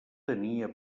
tenia